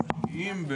אתם משקיעים,